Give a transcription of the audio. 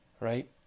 right